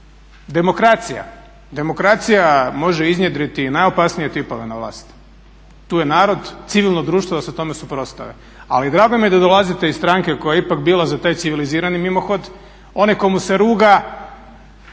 Demokracija, demokracija može iznjedriti i najopasnije tipove na vlast. Tu je narod, civilno društvo da se tome suprotstave. Ali drago mi je da dolazite iz stranke koja ipak bila za taj civilizirani mimohod. Onaj tko mu se ruga,